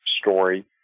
story